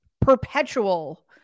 perpetual